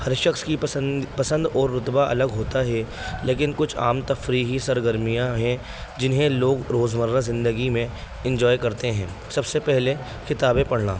ہر شخص کی پسند پسند اور رتبہ الگ ہوتا ہے لیکن کچھ عام تفریحی سرگرمیاں ہیں جنہیں لوگ روز مرہ زندگی میں انجوائے کرتے ہیں سب سے پہلے کتابیں پڑھنا